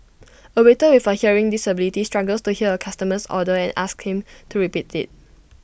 A waiter with A hearing disability struggles to hear A customer's order and asks him to repeat IT